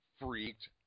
freaked